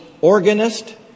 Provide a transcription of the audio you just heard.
organist